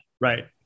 Right